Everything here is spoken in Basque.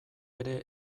ere